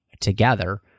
together